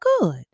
good